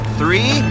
three